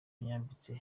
yambitse